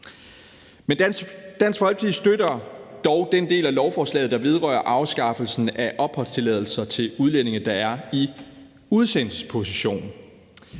Men Dansk Folkeparti støtter dog den del af lovforslaget, der vedrører afskaffelsen af opholdstilladelser til udlændinge, der er i udsendelsesposition.